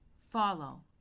follow